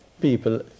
people